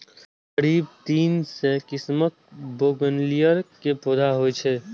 करीब तीन सय किस्मक बोगनवेलिया के पौधा होइ छै